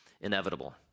inevitable